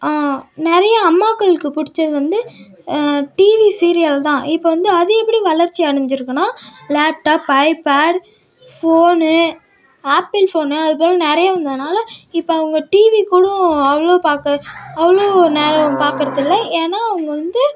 நிறைய அம்மாக்களுக்கு பிடிச்சது வந்து டிவி சீரியல் தான் இப்போ வந்து அது எப்படி வளர்ச்சி அடஞ்சுருக்குனா laptop iPad phone Apple phone அதுபோல் நிறைய வந்ததுனால இப்போ அவங்க டிவி கூட அவ்வளோ பார்க்க அவ்வளோ நேரம் பார்க்கறதில்ல ஏன்னால் அவங்க வந்து